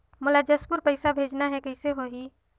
मोला जशपुर पइसा भेजना हैं, कइसे होही?